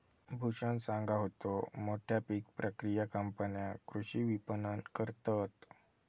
भूषण सांगा होतो, मोठ्या पीक प्रक्रिया कंपन्या कृषी विपणन करतत